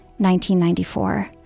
1994